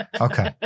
Okay